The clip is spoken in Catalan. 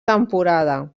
temporada